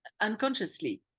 unconsciously